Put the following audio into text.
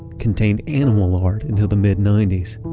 contained animal lard until the mid ninety s.